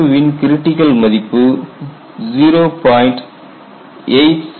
KII ன் critical மதிப்பு 0